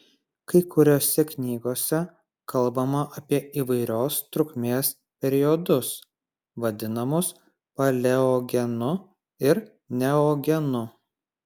kai kuriose knygose kalbama apie įvairios trukmės periodus vadinamus paleogenu ir neogenu